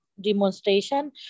demonstration